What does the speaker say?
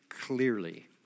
clearly